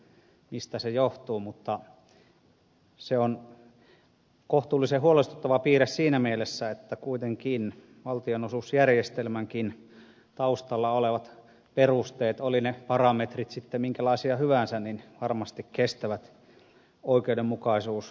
en tiedä mistä se johtuu mutta se on kohtuullisen huolestuttava piirre siinä mielessä että kuitenkin valtionosuusjärjestelmänkin taustalla olevat perusteet olivat ne parametrit sitten minkälaisia hyvänsä varmasti kestävät oikeudenmukaisuusvertailun